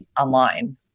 online